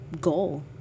goal